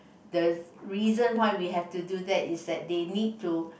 the reason why we have to do that is that they need to